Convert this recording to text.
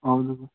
ಹೌದು